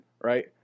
right